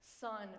son